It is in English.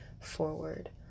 forward